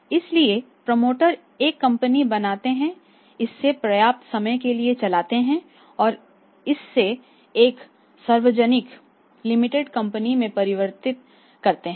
इसलिए प्रमोटर एक कंपनी बनाते हैं इसे पर्याप्त समय के लिए चलाते हैं और इसे एक सार्वजनिक लिमिटेड कंपनी में परिवर्तित करते हैं